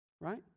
right